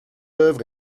œuvre